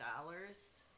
dollars